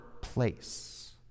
place